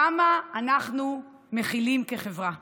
כמה אנחנו מכילים כחברה?